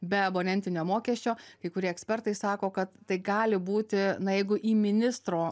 be abonentinio mokesčio kai kurie ekspertai sako kad tai gali būti na jeigu į ministro